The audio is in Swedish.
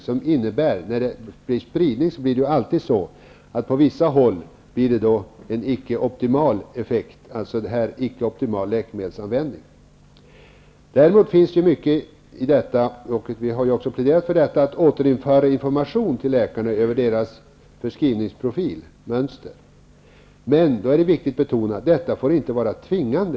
Vid en spridning blir det alltid så att man på vissa håll får en icke-optimal effekt, i det här fallet på läkemedelsanvändningen. Vi har pläderat för att återinföra information till läkarna över deras förskrivningsprofil. Men det är viktigt att betona att detta inte får vara tvingande.